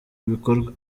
bikorwa